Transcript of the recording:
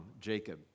Jacob